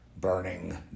burning